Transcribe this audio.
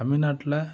தமிழ்நாட்டில